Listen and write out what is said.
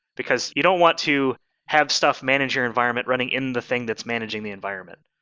because you don't want to have stuff manager environment running in the thing that's managing the environment,